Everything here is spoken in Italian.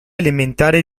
elementare